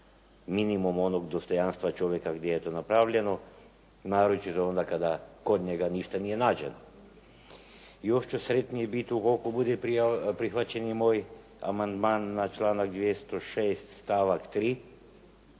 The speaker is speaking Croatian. minimum onog dostojanstva čovjeka gdje je to napravljeno naročito onda kada kod njega ništa nije nađeno. Još ću sretniji biti ukoliko bude prihvaćen moj amandman na članak 206. stavak 3.